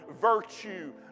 virtue